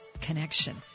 connection